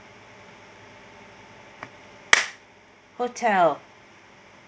okay hotel